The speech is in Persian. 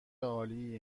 عالی